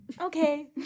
Okay